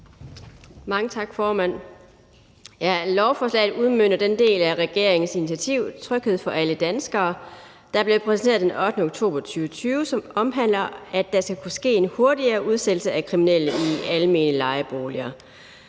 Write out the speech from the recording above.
Mange tak, formand. Lovforslaget udmønter den del af regeringens initiativ »Tryghed for alle danskere«, der blev præsenteret den 8. oktober 2020, som omhandler, at der skal kunne ske en hurtigere udsættelse af kriminelle i almene lejeboliger.